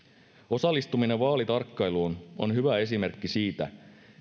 osallistuminen vaalitarkkailuun on hyvä esimerkki siitä